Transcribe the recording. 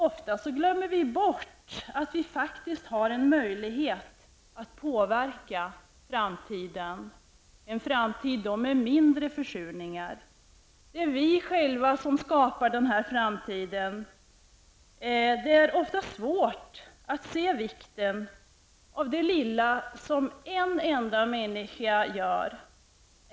Ofta glömmer vi bort att vi faktiskt har en möjlighet att påverka framtiden och åstadkomma en framtid med mindre av försurning. Det är vi själva som skapar framtiden. Det är ofta svårt att se vikten av det lilla som en enda människa gör.